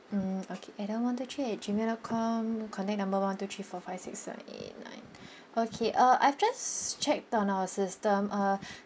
mm okay adam one two three at G mail dot com contact number one two three four five six seven eight nine okay uh I've just checked on our system uh